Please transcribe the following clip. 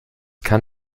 kann